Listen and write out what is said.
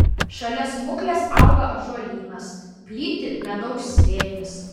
šalia smuklės auga ąžuolynas plyti medaus slėnis